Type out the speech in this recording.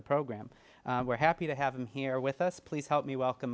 the program we're happy to have him here with us please help me welcome